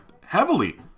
heavily